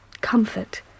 comfort